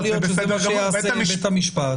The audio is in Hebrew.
יכול להיות שזה מה שיעשה בית המשפט --- זה בסדר גמור.